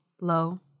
low